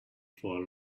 for